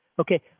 okay